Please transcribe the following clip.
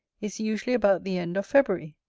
is usually about the end of february,